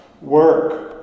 work